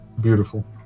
Beautiful